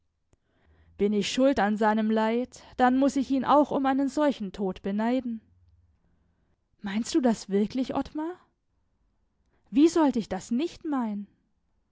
bin ich schuld an seinem leid dann muß ich ihn auch um einen solchen tod beneiden meinst du das wirklich ottmar wie sollt ich das nicht meinen